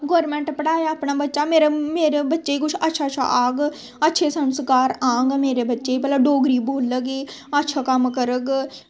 government पढ़ाया अपना बच्चा मेरे बच्चे गी कुछ अच्छा अच्छा आह्ग अच्छे संस्कार आंह्ग मेरे बच्चे गी भला डोगरी बोलग एह् अच्छा कम्म करग